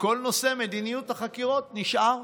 כל נושא מדיניות החקירות נשאר.